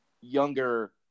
younger